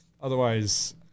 otherwise –